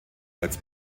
als